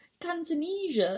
Cantonese